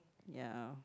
ya